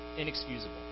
inexcusable